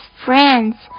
friends